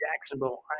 Jacksonville